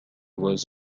was